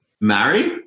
Marry